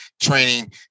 training